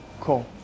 Cool